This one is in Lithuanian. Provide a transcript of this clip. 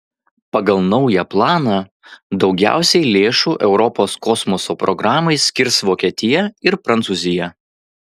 pagal naują planą daugiausiai lėšų europos kosmoso programai skirs vokietija ir prancūzija